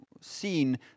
seen